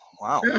Wow